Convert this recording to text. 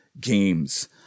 games